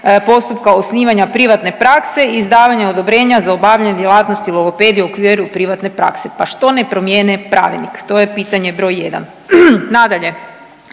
postupka osnivanja privatne prakse i izdavanja odobrenja za obavljanje djelatnosti logopedije u okviru privatne prakse, pa što ne promijene pravilnik, to je pitanje broj jedan. Nadalje,